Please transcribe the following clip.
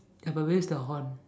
ya but where is the horn